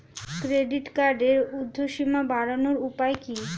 Credit কার্ডের উর্ধ্বসীমা বাড়ানোর উপায় কি?